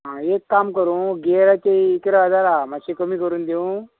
आं एक काम करूं गियराची इकरा हजार आहा मात्शी कमी करून दिवूं